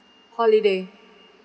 holiday